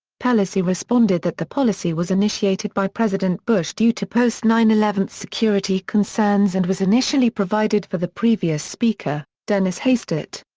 pelosi responded that the policy was initiated by president bush due to post nine eleven security concerns and was initially provided for the previous speaker, dennis hastert.